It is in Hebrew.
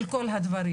של כל הדברים.